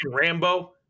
Rambo